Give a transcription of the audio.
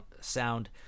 sound